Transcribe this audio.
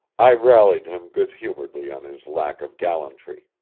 i rallied him good-humoredly on his lack of gallantry.